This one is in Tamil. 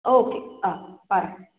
ஆ ஓகே ஆ பாருங்கள்